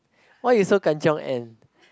why you so Kan-Chiong and